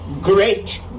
great